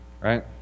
right